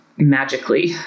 magically